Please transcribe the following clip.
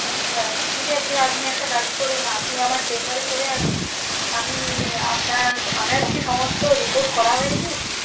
আচ্ছা ঠিক আছে আপনি একটা কাজ করুন আপনি আমার চেম্বারে চলে আসুন আমি আপনার আপনার কি সমস্ত রিপোর্ট করা হয়ে গিয়েছে